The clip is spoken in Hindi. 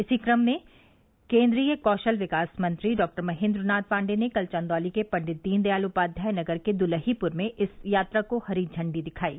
इसी कम में केंद्रीय कौशल विकास मंत्री डॉक्टर महेन्द्र नाथ पांडेय ने कल चंदौली के पंडित दीनदयाल उपाध्याय नगर के दुलहीपुर में इस यात्रा को हरी झंडी दिखायी